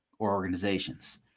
organizations